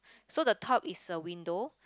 so the top is a window